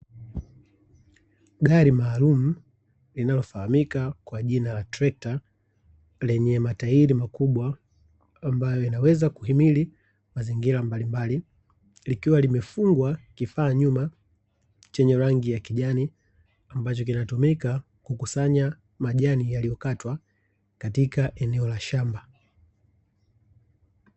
Gari maalumu linalofahamika kwa jina la trekta, lenye matairi makubwa ambayo yanaweza kuhimili mazingira mbalimbali, likiwa limefungwa kifaa nyuma chenye rangi ya kijani ambacho kinatumika kukusanya majani yaliyokatwa katika eneo la shamba.